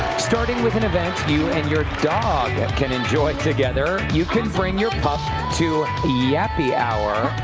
starting with an event you and your dog can enjoy together. you can bring your pups to yappy hour